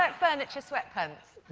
i mean it's your sweat pants.